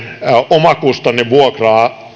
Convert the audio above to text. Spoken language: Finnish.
omakustannevuokra